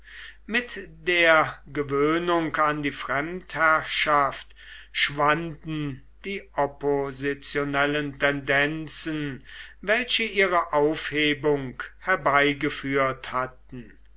mit der gewöhnung an die fremdherrschaft schwanden die oppositionellen tendenzen welche ihre aufhebung herbeigeführt hatten